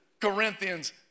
Corinthians